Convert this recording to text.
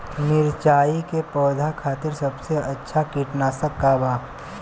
मिरचाई के पौधा खातिर सबसे अच्छा कीटनाशक का बा?